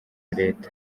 leta